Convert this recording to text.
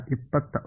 ಸರಿ